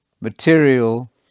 material